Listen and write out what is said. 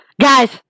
Guys